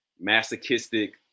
masochistic